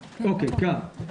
טוב.